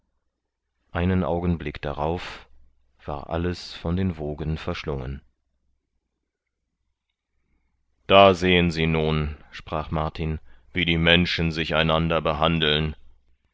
einen augenblick darauf war alles von den wogen verschlungen da sehen sie nun sprach martin wie die menschen sich einander behandeln